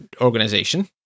organization